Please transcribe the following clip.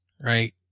right